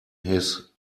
his